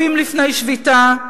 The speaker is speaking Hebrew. הרופאים לפני שביתה,